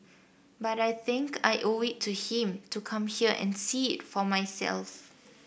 but I think I owe it to him to come here and see it for myself